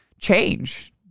change